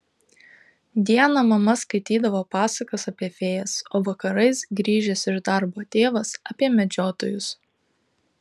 dieną mama skaitydavo pasakas apie fėjas o vakarais grįžęs iš darbo tėvas apie medžiotojus